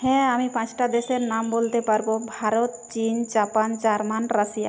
হ্যাঁ আমি পাঁচটা দেশের নাম বলতে পারবো ভারত চিন জাপান জার্মানি রাশিয়া